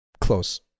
close